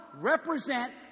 represent